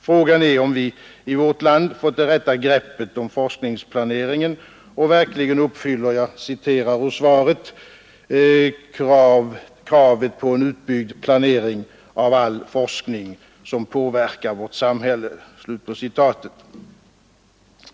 Frågan är om vi i vårt land fått det rätta greppet om forskningsplaneringen och verkligen uppfyller, som statsministern säger i sitt svar, ”krav på en utbyggd planering av all forskning som påverkar vårt samhälle”.